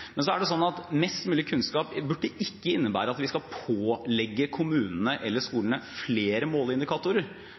Men mest mulig kunnskap bør ikke innebære at vi skal pålegge kommunene eller skolene flere